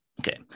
Okay